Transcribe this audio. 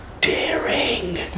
Daring